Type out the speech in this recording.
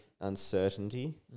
Uncertainty